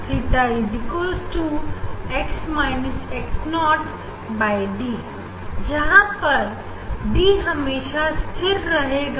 theta D जहां पर D हमेशा स्थिर रहेगा